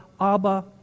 Abba